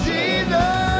Jesus